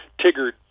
Tigger